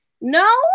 No